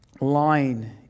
line